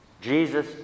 Jesus